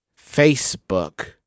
Facebook